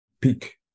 peak